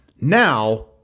Now